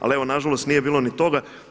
Ali evo nažalost nije bilo ni toga.